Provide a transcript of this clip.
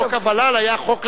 חוק הוול"ל היה חוק לשעה.